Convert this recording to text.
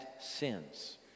sins